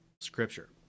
scripture